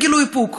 הם גילו איפוק.